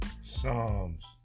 Psalms